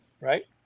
Right